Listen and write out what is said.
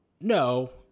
No